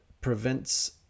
prevents